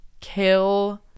kill